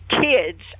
kids